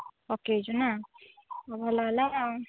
ପକେଇଛୁ ନା ହଉ ଭଲ ହେଲା ଆଉ